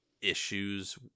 issues